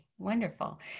Wonderful